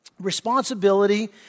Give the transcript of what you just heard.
responsibility